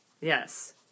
Yes